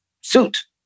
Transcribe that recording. suit